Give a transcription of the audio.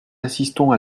assistons